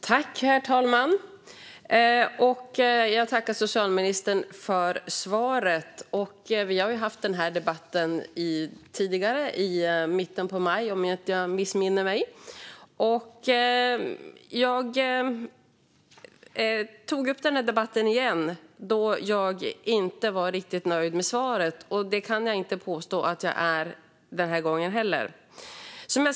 Herr talman! Jag tackar socialministern för svaret. Vi har ju haft den här debatten tidigare - i mitten av maj, om jag inte missminner mig. Jag tog upp debatten igen då jag inte var riktigt nöjd med svaret, och det kan jag inte påstå att jag är den här gången heller.